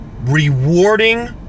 rewarding